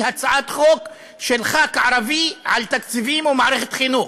הצעת חוק של חבר כנסת ערבי על תקציבים ומערכת חינוך,